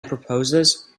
proposes